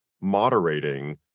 moderating